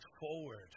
forward